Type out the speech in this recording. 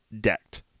decked